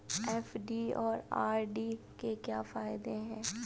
FD और RD के क्या फायदे हैं?